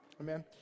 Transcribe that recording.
amen